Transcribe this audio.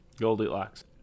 Goldilocks